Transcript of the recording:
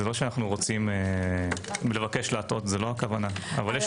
זה לא שאנו רוצים לבקש להטעות - אבל יש